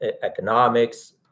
economics